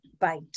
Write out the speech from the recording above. bite